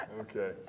Okay